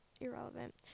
irrelevant